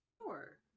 Sure